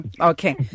okay